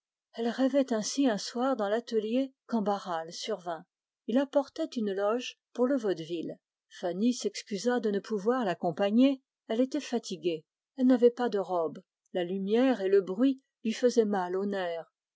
fanny rêvait ainsi un soir dans l'atelier quand barral survint il apportait une loge pour le vaudeville fanny s'excusa de ne pouvoir l'accompagner elle était fatiguée la lumière et le bruit lui faisaient mal aux nerfs